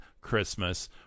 Christmas